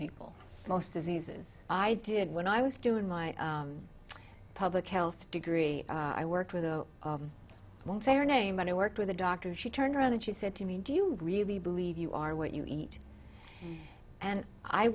people most diseases i did when i was doing my public health degree i worked with oh i won't say her name but i worked with a doctor she turned around and she said to me do you really believe you are what you eat and i